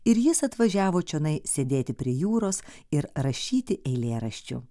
ir jis atvažiavo čionai sėdėti prie jūros ir rašyti eilėraščių